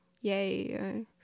yay